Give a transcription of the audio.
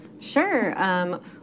Sure